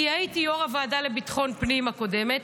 כי הייתי יו"ר הוועדה לביטחון פנים הקודמת,